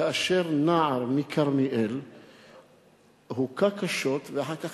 כאשר נער מכרמיאל הוכה קשות ואחר כך